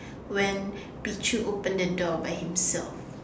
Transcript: when Pichu open the door by himself